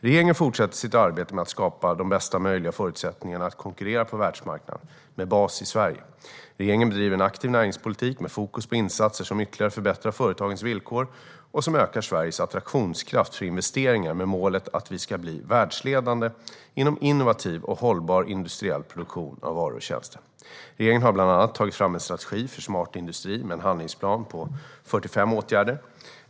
Regeringen fortsätter sitt arbete med att skapa de bästa möjliga förutsättningarna att konkurrera på världsmarknaden med bas i Sverige. Regeringen bedriver en aktiv näringspolitik med fokus på insatser som ytterligare förbättrar företagens villkor och som ökar Sveriges attraktionskraft för investeringar med målet att vi ska bli världsledande inom innovativ och hållbar industriell produktion av varor och tjänster. Regeringen har bland annat tagit fram en strategi för smart industri med en handlingsplan på 45 åtgärder.